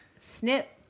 snip